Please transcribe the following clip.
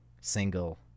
single